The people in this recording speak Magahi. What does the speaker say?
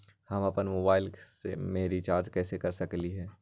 हम अपन मोबाइल में रिचार्ज कैसे कर सकली ह?